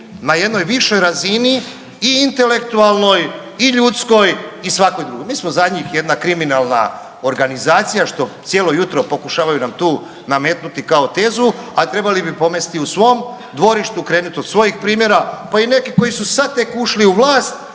na jednoj višoj razini i intelektualnoj i ljudskoj i svakoj drugoj. Mi smo za njih jedna kriminalna organizacija što cijelo jutro pokušavaju nam tu nametnuti kao tezu, a trebali bi pomesti u svom dvorištu, krenuti od svojih primjera, pa i neki koji su sad tek ušli u vlast